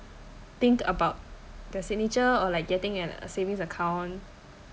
think about the signature or like getting an uh savings account